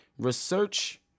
Research